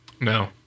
No